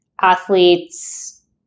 athletes